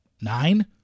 nine